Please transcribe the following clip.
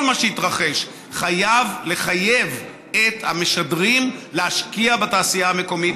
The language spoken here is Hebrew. כל מה שהתרחש חייב לחייב את המשדרים להשקיע בתעשייה המקומית,